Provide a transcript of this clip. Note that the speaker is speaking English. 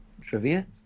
Trivia